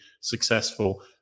successful